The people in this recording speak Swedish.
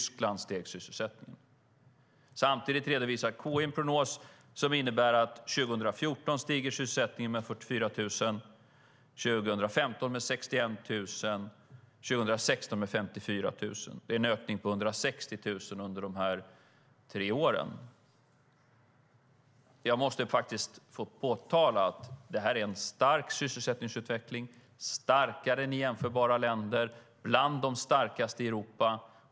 Samtidigt redovisar KI en prognos som visar att 2014 stiger sysselsättningen med 44 000, 2015 med 61 000 och 2016 med 54 000. Det är en ökning med 160 000 under de tre åren. Jag måste faktiskt få påtala att det här är en stark sysselsättningsutveckling, starkare än i jämförbara länder och bland de starkaste i Europa.